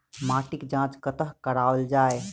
माटिक जाँच कतह कराओल जाए?